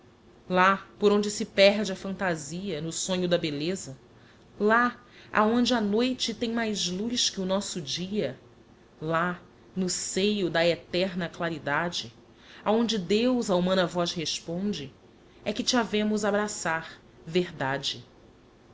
lá por onde se perde a phantasia no sonho da belleza lá aonde a noite tem mais luz que o nosso dia lá no seio da eterna claridade aonde deus á humana voz responde é que te havemos abraçar verdade